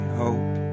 hope